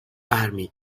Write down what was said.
برمی